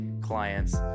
clients